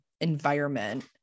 environment